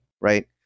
right